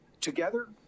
Together